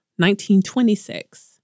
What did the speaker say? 1926